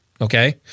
okay